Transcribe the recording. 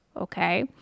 Okay